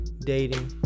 dating